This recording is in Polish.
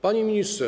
Panie Ministrze!